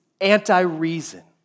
anti-reason